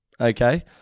okay